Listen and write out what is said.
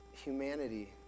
Humanity